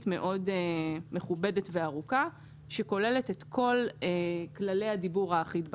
מאוד מכובדת וארוכה שכוללת את כל כללי הדיבור האחיד בקשר.